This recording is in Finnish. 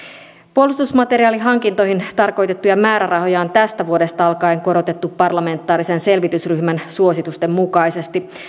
puolustusmateriaalihankintoihin tarkoitettuja määrärahoja on tästä vuodesta alkaen korotettu parlamentaarisen selvitysryhmän suositusten mukaisesti